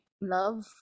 love